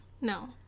No